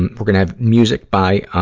and we're gonna have music by, ah,